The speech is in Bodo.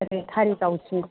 ओरै खारिगावथिं